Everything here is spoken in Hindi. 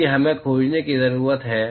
यही हमें खोजने की जरूरत है